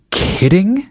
kidding